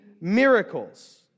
miracles